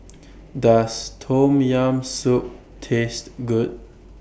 Does Tom Yam Soup Taste Good